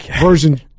version